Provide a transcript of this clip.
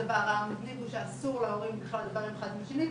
הדבר המדהים הוא שאסור להורים בכלל לדבר אחד עם השני.